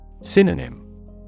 Synonym